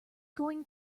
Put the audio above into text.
going